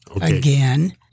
again